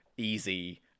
Easy